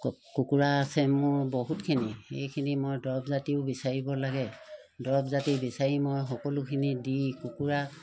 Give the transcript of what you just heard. কু কুকুৰা আছে মোৰ বহুতখিনি সেইখিনিৰ মই দৰৱ জাতিও বিচাৰিব লাগে দৰৱ জাতি বিচাৰি মই সকলোখিনি দি কুকুৰা